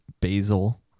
basil